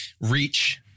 reach